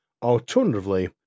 Alternatively